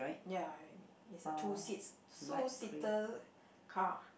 ya is a two seats two seater car